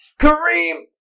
Kareem